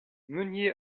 meunier